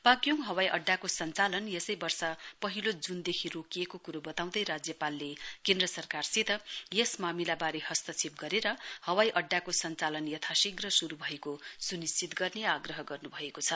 पाक्योङ हवाईअड्डाको सञ्चालन यसै वर्ष पहिलो ज्रनदेखि रोकिएको कुरो बताउँदै राज्यपालले केन्द्र सरकारसित यस मामिलाबारे हस्तक्षेप गरेर हवाइ अड्डाको सञ्चालन यथाशीघ्र शुरु भएको सुनिश्चित गर्ने आग्रह गर्नुभएको छ